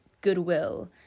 goodwill